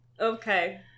Okay